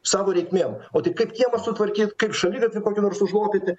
savo reikmėm o tai kaip kiemą sutvarkyk kaip šaligatvį kokį nors užlopyti